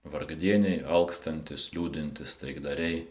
vargdieniai alkstantys liūdintys taikdariai